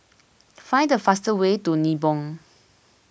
find the fastest way to Nibong